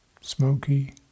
smoky